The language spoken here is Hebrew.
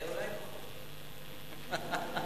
אולי פחות.